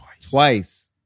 Twice